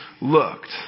looked